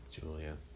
Julia